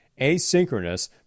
asynchronous